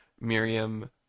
Miriam